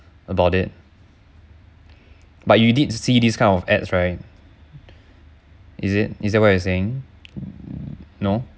about it but you did see this kind of ads right is it is that what you saying no